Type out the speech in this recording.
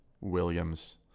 Williams